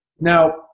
Now